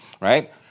right